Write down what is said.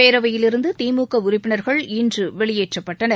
பேரவையிலிருந்து திமுக உறுப்பினர்கள் இன்று வெளியேற்றப்பட்டனர்